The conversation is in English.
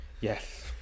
Yes